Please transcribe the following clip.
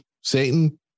Satan